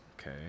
okay